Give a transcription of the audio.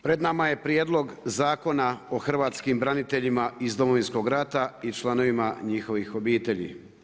Pred nama je Prijedlog Zakona o hrvatskim braniteljima iz Domovinskog rata i članovima njihovih obitelji.